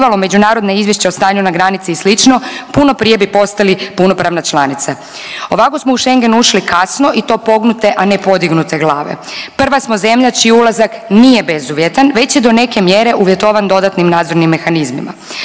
međunarodno izvješće o stanju na granici i slično puno prije bi postali punopravna članica, ovako smo u Schengen ušli kasno i to pognute, a ne podignute glave. Prva smo zemlja čiji ulazak nije bezuvjetan već je do neke mjere uvjetovan dodatnim nadzornim mehanizmima.